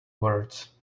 words